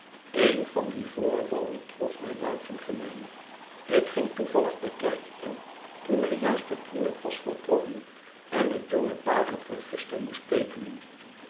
een van die voorvallen trof mij buitengemeen ik ging toevallig de kerk in toen er juist een huwelijk was voltrokken en het jonge paarhet register moest teekenen